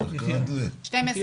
דמי מחיה